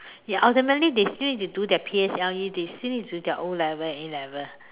ya ultimately they still need to do their P_S_L_E they still need to do their O-levels and A-levels